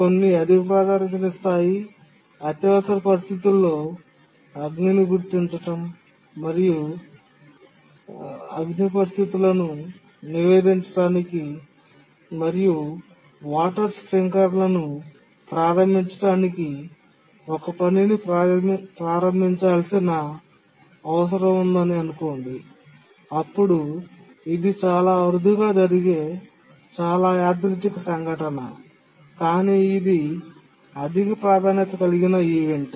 కొన్ని అధిక ప్రాధాన్యతనిస్తాయి అత్యవసర పరిస్థితుల్లో అగ్నిని గుర్తించడం మరియు అగ్ని పరిస్థితుల ను నివేదించడానికి మరియు వాటర్ స్ప్రింక్లర్ను ప్రారంభించడానికి ఒక పనిని ప్రారంభించాల్సిన అవసరం ఉందని చెప్పండి అప్పుడు ఇది చాలా అరుదుగా జరిగే చాలా యాదృచ్ఛిక సంఘటన కానీ ఇది అధిక ప్రాధాన్యత కలిగిన ఈవెంట్